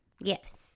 Yes